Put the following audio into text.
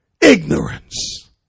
Ignorance